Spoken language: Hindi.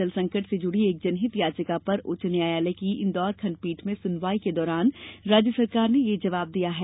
जल संकट से जुड़ी एक जनहित याचिका पर उच्च न्यायालय की इंदौर खंडपीठ में सुनवाई के दौरान राज्य सरकार ने ये जवाब दिया है